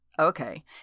Okay